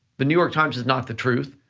the new york times is not the truth,